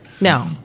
No